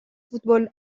football